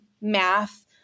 math